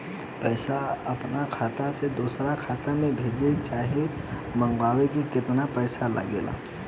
पैसा अपना खाता से दोसरा खाता मे भेजे चाहे मंगवावे में केतना पैसा लागेला?